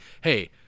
hey –